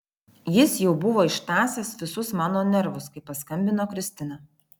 jis jau buvo ištąsęs visus mano nervus kai paskambino kristina